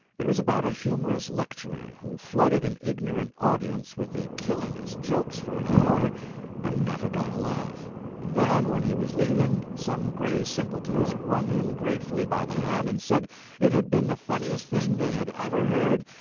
it was about a humorous lecturer who flooded an ignorant audience with the killingest jokes for an hour and never got a laugh and then when he was leaving, some gray simpletons wrung him gratefully by the hand and said it had been the funniest thing they had ever heard,